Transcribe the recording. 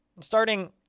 starting